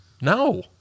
No